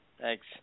Thanks